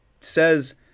says